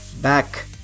Back